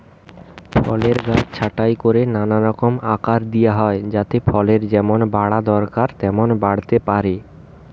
ফলের গাছ ছাঁটাই কোরে নানা রকম আকার দিয়া হয় যাতে ফলের যেমন বাড়া দরকার তেমন বাড়তে পারে